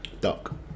Duck